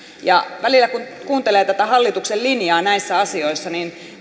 välillä kun kuuntelee tätä hallituksen linjaa näissä asioissa